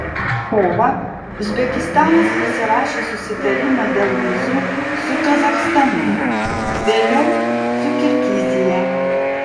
kovą uzbekistanas pasirašė susitarimą dėl vizų su kazachstanu vėliau su kirgizija